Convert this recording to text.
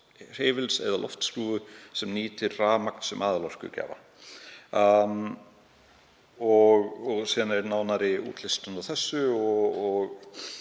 hreyfils eða loftskrúfu sem nýtir rafmagn sem aðalorkugjafa.“ Síðan er nánari útlistun á þessu.